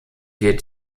wird